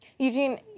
Eugene